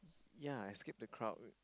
yea escape the crowd